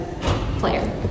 player